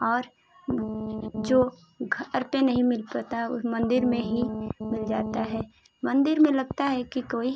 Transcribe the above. और जो घर पे नही मिल पाता ओह मंदिर में ही मिल जाता है मंदिर में लगता है कि कोई